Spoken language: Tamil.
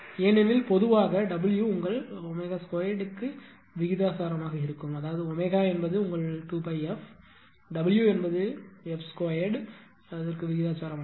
ஏனெனில் பொதுவாக W உங்கள் ω2 க்கு விகிதாசாரமாகும் அதாவது ω என்பது உங்கள் 2πf W என்பது f2 க்கு விகிதாசாரமாகும்